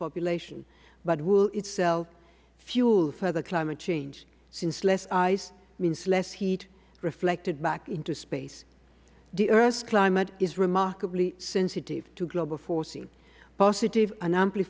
population but would itself fuel further climate change since less ice means less heat reflected back into space the earth's climate is remarkably sensitive to global forcings positive an